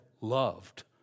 loved